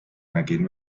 nägin